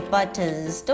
Buttons